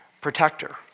protector